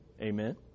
Amen